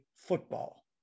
Football